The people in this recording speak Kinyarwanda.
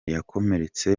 yakomeretse